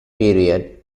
period